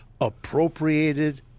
appropriated